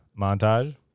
montage